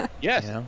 Yes